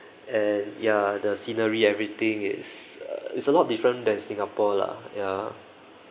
and ya the scenery everything is uh it's a lot different than singapore lah ya